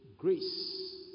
Grace